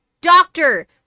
doctor